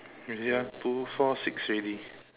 you see ah two four six already